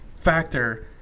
factor